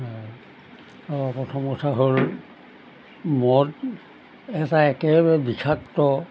প্ৰথম কথা হ'ল মদ এটা একেবাৰে বিষাক্ত